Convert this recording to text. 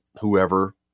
whoever